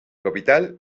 capital